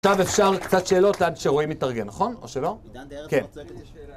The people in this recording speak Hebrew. עכשיו אפשר קצת שאלות עד שרואי מתארגן, נכון? או שלא? כן.